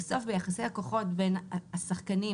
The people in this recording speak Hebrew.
בסוף ביחסי הכוחות בין השחקנים,